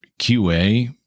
QA